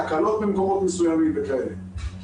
תקלות במקומות מסוימים וכדומה.